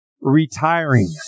retiring